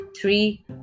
three